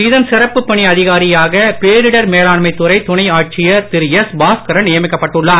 இதன் சிறப்புப் பணி அதிகாரியாக பேரிடர் மேலாண்மை துறை துணை ஆட்சியர் திரு எஸ் பாஸ்கரன் நியமிக்கப்பட்டுள்ளார்